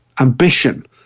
ambition